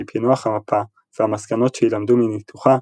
כי פענוח המפה והמסקנות שיילמדו מניתוחה,